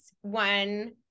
One